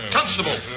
Constable